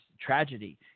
tragedy